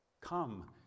come